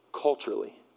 culturally